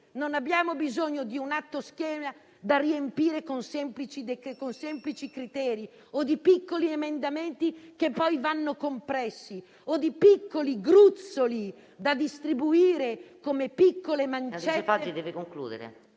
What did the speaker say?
Non abbiamo bisogno di un atto schema da riempire con semplici criteri, di piccoli emendamenti che poi vanno compressi o di piccoli gruzzoli da distribuire come piccole mancette.